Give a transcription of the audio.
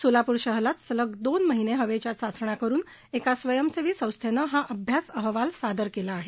सोलापूर शहरात सलग दोन महिने हवेच्या चाचण्या करून एका स्वयंसेवी संस्थेनं हा अभ्यास अहवाल सादर केला आहे